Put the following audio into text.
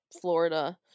Florida